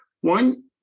One